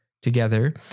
together